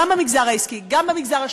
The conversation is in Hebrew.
גם במגזר העסקי,